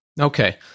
okay